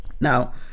Now